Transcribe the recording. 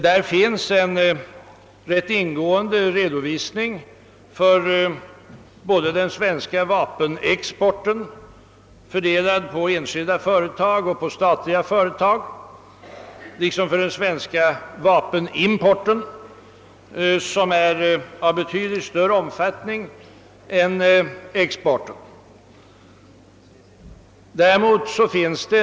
Där lämnas en rätt ingående redovisning av både den svenska vapenexporten, fördelad på enskilda och statliga företag, och den svenska vapenimporten, som har betydligt större omfattning än exporten.